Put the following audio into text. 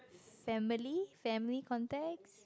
family family content